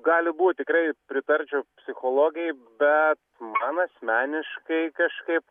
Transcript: gali būt tikrai pritarčiau psichologei bet man asmeniškai kažkaip